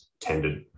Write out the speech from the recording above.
tended